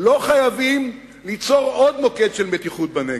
לא חייבים ליצור עוד מוקד של מתיחות בנגב.